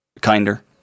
Kinder